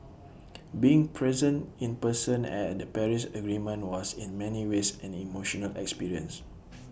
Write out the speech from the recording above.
being present in person at the Paris agreement was in many ways an emotional experience